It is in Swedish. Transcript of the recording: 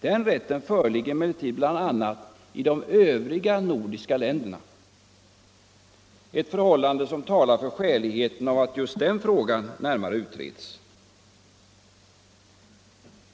Den rätten föreligger emellertid bl.a. i de övriga nordiska länderna, ett förhållande som talar för skäligheten av att just denna fråga närmare utreds.